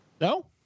no